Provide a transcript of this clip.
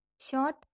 short